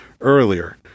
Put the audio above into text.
Earlier